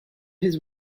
his